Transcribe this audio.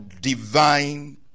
divine